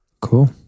Cool